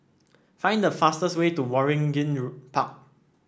find the fastest way to Waringin Park